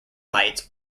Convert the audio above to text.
lights